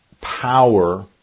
power